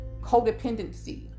codependency